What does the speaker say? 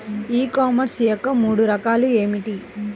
ఈ కామర్స్ యొక్క మూడు రకాలు ఏమిటి?